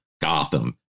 Gotham